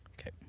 okay